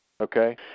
okay